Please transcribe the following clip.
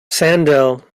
sandel